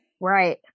Right